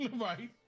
right